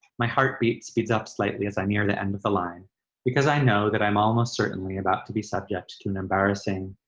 my heartbeat speeds up slightly as i near the end of the line because i know that i'm almost certainly about to be subject to an embarrassing,